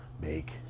make